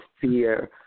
fear